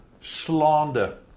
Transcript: slander